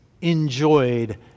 enjoyed